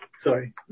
sorry